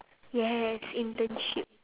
yes internship